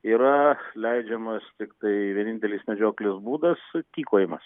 yra leidžiamas tiktai vienintelis medžioklės būdas tykojimas